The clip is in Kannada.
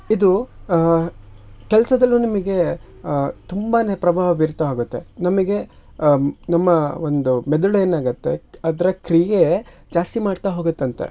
ಇದು ಕೆಲಸದಲ್ಲೂ ನಿಮಗೆ ತುಂಬಾ ಪ್ರಭಾವ ಬೀರ್ತಾ ಹೋಗತ್ತೆ ನಮಗೆ ನಮ್ಮ ಒಂದು ಮೆದುಳೇನಾಗತ್ತೆ ಅದರ ಕ್ರಿಯೆ ಜಾಸ್ತಿ ಮಾಡ್ತಾ ಹೋಗುತ್ತಂತೆ